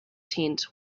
tent